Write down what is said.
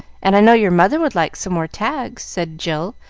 and i know your mother would like some more tags, said jill,